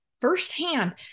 firsthand